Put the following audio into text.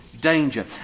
danger